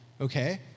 okay